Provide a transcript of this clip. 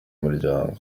muryango